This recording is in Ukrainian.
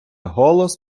голос